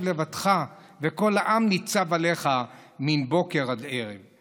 לבדך וכל העם ניצב עליך מן בֹקר ועד ערב",